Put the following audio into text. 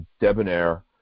debonair